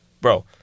Bro